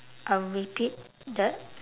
I will repeat the